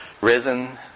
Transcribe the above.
Risen